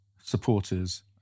supporters